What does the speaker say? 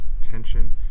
tension